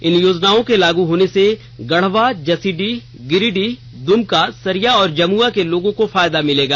इन योजनाओं के लागू होने से गढ़वा जसीडीह गिरिडीह दुमका सरिया और जमुआ के लोगों को फायदा मिलेगा